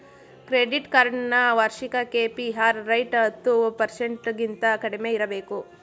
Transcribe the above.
credit card ನ ವಾರ್ಷಿಕ KPR rate ಹತ್ತು ಪರ್ಸೆಂಟಗಿಂತ ಕಡಿಮೆ ಇರಬೇಕು